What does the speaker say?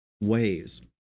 ways